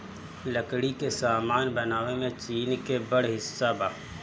लकड़ी के सामान बनावे में चीन के बड़ हिस्सा बा